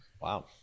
Wow